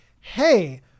hey